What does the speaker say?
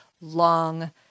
long